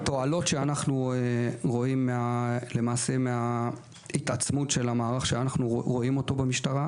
התועלות שאנחנו רואים מההתעצמות של המערך שאנחנו מבקשים שיהיה במשטרה: